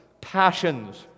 passions